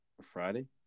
Friday